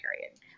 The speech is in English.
period